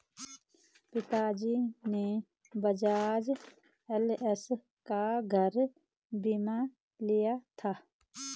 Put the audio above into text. पिताजी ने बजाज एलायंस का घर बीमा लिया था